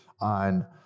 on